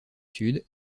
sud